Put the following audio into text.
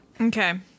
Okay